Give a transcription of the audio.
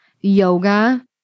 yoga